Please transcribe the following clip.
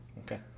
Okay